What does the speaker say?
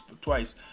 twice